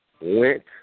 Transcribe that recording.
went